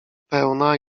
pełna